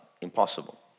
impossible